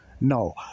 No